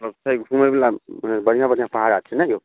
अच्छा घुमै बला मने बढ़िआँ बढ़िआँ पहाड़ आर छै ने यौ